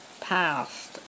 past